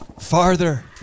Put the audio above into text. Farther